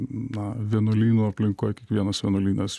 na vienuolynų aplinkoj kiekvienas vienuolynas